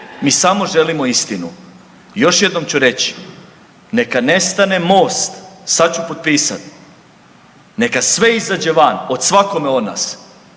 Mi samo želimo istinu. Još jednom ću reći, neka nestane MOST, sad ću potpisat, neka sve izađe van o svakome od nas